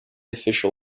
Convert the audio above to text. official